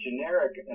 generic